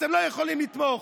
אתם לא יכולים לתמוך,